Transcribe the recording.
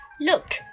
Look